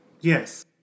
Yes